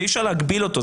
ואי אפשר להגביל אותו,